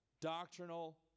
doctrinal